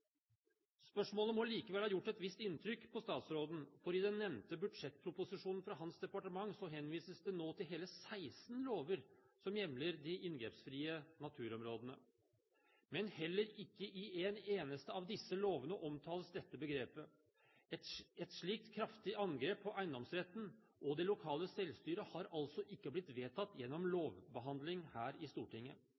Spørsmålet må likevel ha gjort et visst inntrykk på statsråden, for i den nevnte budsjettproposisjonen fra hans departement, henvises det nå til hele 16 lover som hjemler de inngrepsfrie naturområdene. Men heller ikke i en eneste av disse lovene omtales dette begrepet. Et slikt kraftig angrep på eiendomsretten og det lokale selvstyret har altså ikke blitt vedtatt gjennom